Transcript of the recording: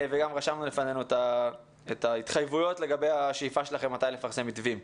רשמנו גם בפנינו את ההתחייבויות שלכם מתי תפרסמו מתווים.